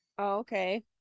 Okay